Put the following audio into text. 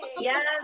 Yes